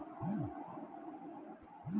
మిరపలో rain gun వాడవచ్చా?